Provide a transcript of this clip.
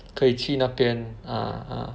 可以去那边 ah ah